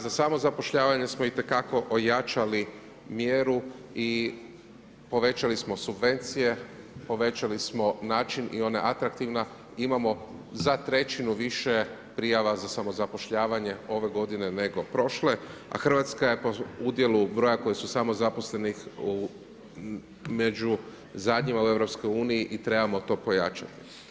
Za samozapošljavanje smo itekako ojačali mjeru i povećali smo subvencije, povećali smo način i ona atraktivna, imamo za trećinu više prijava za samozapošljavanje ove godine nego prošle, a Hrvatska je po udjelu broja koji su samozaposleni među zadnjima u EU i trebamo to pojačati.